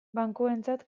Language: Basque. bankuentzat